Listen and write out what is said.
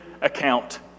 account